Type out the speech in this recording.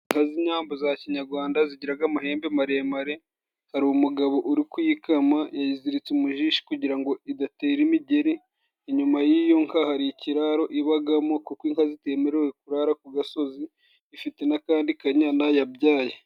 Inka z'inyambo za kinyarwanda zigira amahembe maremare, hari umugabo uri kuyikama yayiziritse umujishi, kugira ngo idatera imigeri. Inyuma y'iyo nka hari ikiraro ibamo, kuko inka zitemerewe kurara ku gasozi, ifite n'akandi kanyana yabyaye.